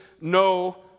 no